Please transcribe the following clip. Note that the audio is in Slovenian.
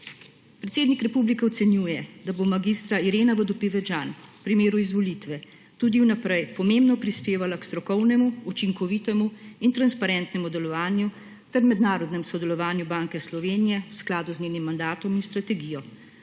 Predsednik republike ocenjuje, da bo mag. Irena Vodopivec Jean v primeru izvolitve tudi vnaprej pomembno prispevala k strokovnemu, učinkovitemu in transparentnemu delovanju ter mednarodnemu sodelovanju Banke Slovenije v skladu z njenim mandatom in strategijo.